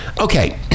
okay